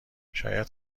شاید